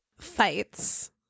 fights